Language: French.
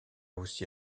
aussi